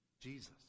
Jesus